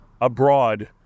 abroad